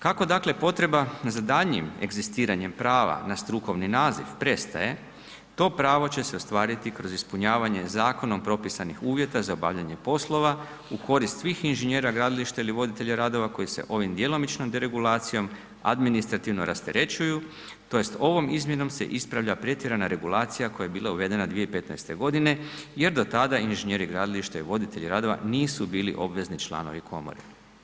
Kako dakle potreba za daljnjim egzistiranjem prava na strukovni naziv prestaje, to pravo će se ostvariti kroz ispunjavanje zakonom propisanih uvjeta za obavljanje poslova u korist svih inženjera gradilišta ili voditelja radova koji se ovim djelomično deregulacijom administrativno rasterećuju tj. ovom izmjenom se ispravlja pretjerana regulacija koja je bila uvedena 2015.g. jer do tada inženjeri gradilišta i voditelji radova nisu bili obvezni članovi komore.